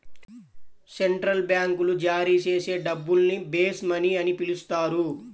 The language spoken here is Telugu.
సెంట్రల్ బ్యాంకులు జారీ చేసే డబ్బుల్ని బేస్ మనీ అని పిలుస్తారు